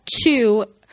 two